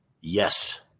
Yes